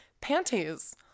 panties